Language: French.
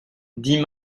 dix